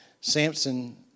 Samson